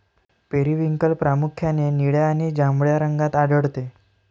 periwinkle प्रामुख्याने निळ्या आणि जांभळ्या रंगात आढळते